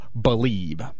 believe